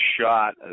shot